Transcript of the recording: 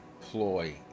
ploy